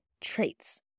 traits